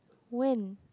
when